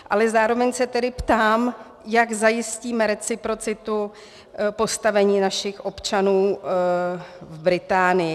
Ale zároveň se tedy ptám, jak zajistíme reciprocitu postavení našich občanů v Británii.